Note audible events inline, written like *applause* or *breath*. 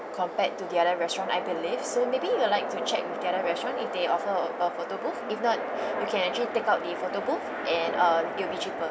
compared to the other restaurant I believe so maybe you will like to check with the other restaurant if they offer a photo booth if not *breath* you can actually take out the photo booth and uh it will be cheaper